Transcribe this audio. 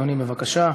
אדוני, בבקשה.